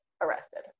arrested